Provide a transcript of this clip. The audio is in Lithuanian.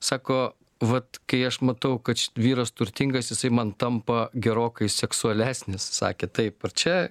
sako vat kai aš matau kad ši vyras turtingas jisai man tampa gerokai seksualesnis sakė taip ar čia